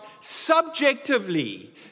subjectively